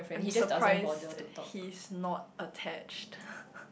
I'm surprised he's not attached